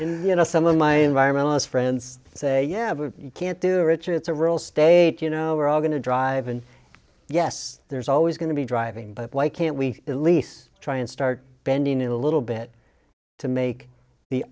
yeah you know some of my environmentalist friends say yeah but you can't do richard it's a rural state you know we're all going to drive and yes there's always going to be driving but why can't we at least try and start bending it a little bit to make the